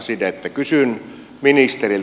kysyn ministeriltä